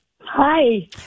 Hi